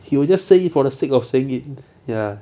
he will just say it for the sake of saying it ya